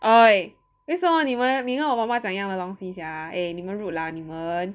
!oi! 为什么你们你跟我妈妈讲一样的东西 sia eh 你们 rude lah 你们